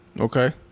Okay